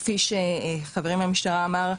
כפי שחברי מהמשטרה אמר,